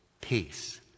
peace